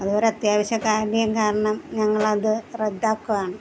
അതൊരു അത്യാവശ്യ കാര്യം കാരണം ഞങ്ങളത് റദ്ദാക്കുവാണ്